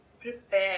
prepare